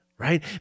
right